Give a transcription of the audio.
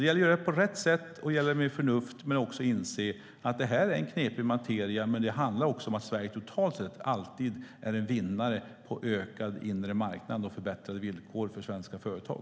Det gäller att göra på rätt sätt och med förnuft men också inse att detta är en knepig materia. Det handlar också om att Sverige totalt sett alltid är en vinnare på ökad inre marknad och förbättrade villkor för svenska företag.